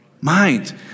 mind